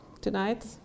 tonight